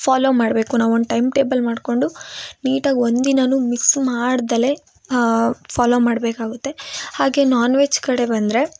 follow ಮಾಡಬೇಕು ನಾವೊಂದು time table ಮಾಡ್ಕೊಂಡು ನೀಟಾಗಿ ಒಂದಿನನು ಮಿಸ್ ಮಾಡ್ದಲೆ ಫಾಲೋ ಮಾಡ್ಬೇಕು ಆಗುತ್ತೆ ಹಾಗೆ ನಾನ್ ವೆಜ್ ಕಡೆ ಬಂದರೆ